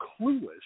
clueless